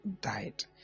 died